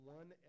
one